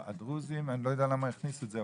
אני לא יודע למה הכניסו את זה,